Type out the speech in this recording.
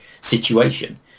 situation